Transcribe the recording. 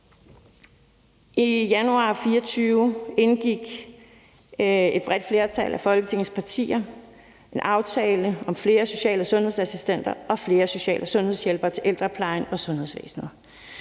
I januar 2024 indgik et bredt flertal af Folketingets partier en aftale om flere social- og sundhedsassistenter og flere social- og sundhedshjælpere til ældreplejen og sundhedsvæsenet,